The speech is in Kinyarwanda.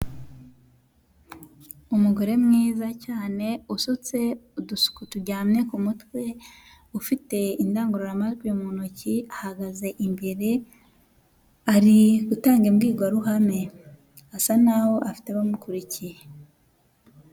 Umugore mwiza cyane usutse udusuko turyamye ku mutwe, ufite indangururamajwi mu ntoki, ahagaze imbere ari gutanga imbwirwaruhame. Asa nk'aho afite abamukurikiye.